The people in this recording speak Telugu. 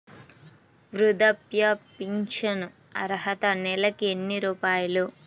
వృద్ధాప్య ఫింఛను అర్హత నెలకి ఎన్ని రూపాయలు?